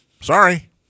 sorry